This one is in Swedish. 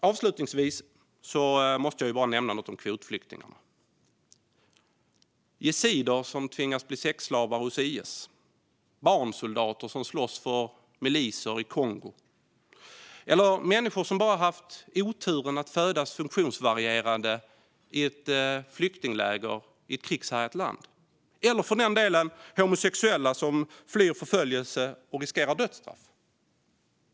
Avslutningsvis måste jag bara nämna något om kvotflyktingarna - yazidier som tvingats bli sexslavar hos IS, barnsoldater som slåss för miliser i Kongo, människor som haft oturen att födas som funktionsvarierade i ett flyktingläger i ett krigshärjat område eller för den delen homosexuella som flyr förföljelse och riskerar dödsstraff.